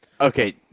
Okay